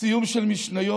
סיום של משניות.